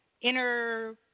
inner